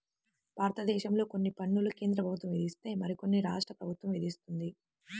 భారతదేశంలో కొన్ని పన్నులు కేంద్ర ప్రభుత్వం విధిస్తే మరికొన్ని రాష్ట్ర ప్రభుత్వం విధిస్తుంది